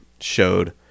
showed